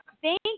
Thank